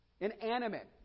Inanimate